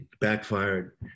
backfired